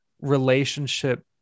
relationship